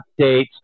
updates